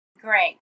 Great